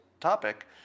topic